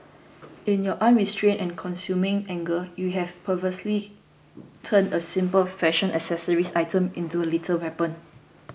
in your unrestrained and consuming anger you had perversely turned a simple fashion accessory item into a lethal weapon